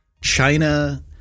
China